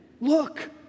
look